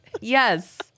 Yes